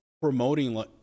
promoting